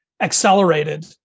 accelerated